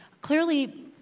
Clearly